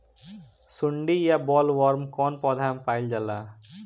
सुंडी या बॉलवर्म कौन पौधा में पाइल जाला?